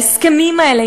ההסכמים האלה,